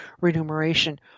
remuneration